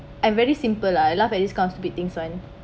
and very simple lah I laughed at this kind of stupid things one